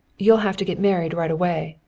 you'll have to get married right away,